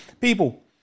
People